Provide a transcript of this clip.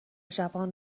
جوان